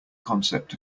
concept